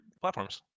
platforms